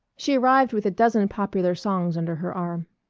she arrived with a dozen popular songs under her arm.